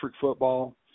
football